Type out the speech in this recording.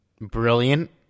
brilliant